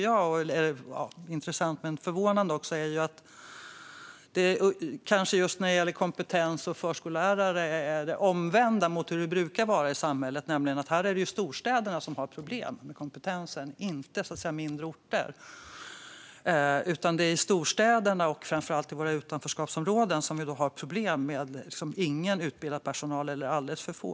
Något som är förvånande är att det just när det gäller kompetens och förskollärare är det omvända mot hur det brukar vara i samhället, nämligen att det är storstäderna som har problem med kompetensen, inte mindre orter. Det är i storstäderna och framför allt i våra utanförskapsområden som vi har problem med ingen utbildad personal eller alldeles för få.